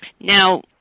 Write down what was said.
Now